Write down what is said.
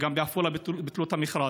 וגם בעפולה ביטלו את המכרז.